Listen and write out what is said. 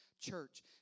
church